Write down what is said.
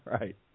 right